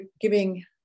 giving